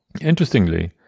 Interestingly